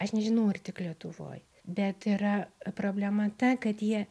aš nežinau ar tik lietuvoj bet yra problema ta kad jie